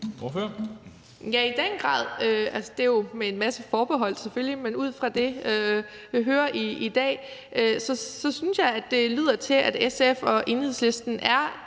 Ja, i den grad. Altså, det er jo selvfølgelig med en masse forbehold, men ud fra det, vi hører i dag, synes jeg, det lyder til, at SF og Enhedslisten er